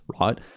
right